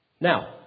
Now